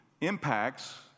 impacts